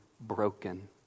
broken